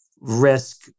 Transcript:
risk